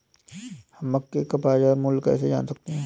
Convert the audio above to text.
हम मक्के का बाजार मूल्य कैसे जान सकते हैं?